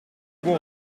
bon